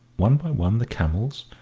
one by one the camels,